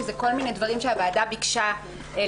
שזה כל מיני דברים שהוועדה ביקשה להכניס,